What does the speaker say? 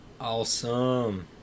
awesome